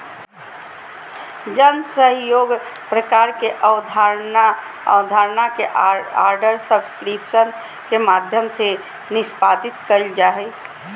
जन सहइोग प्रकार के अबधारणा के आर्डर सब्सक्रिप्शन के माध्यम से निष्पादित कइल जा हइ